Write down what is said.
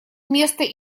место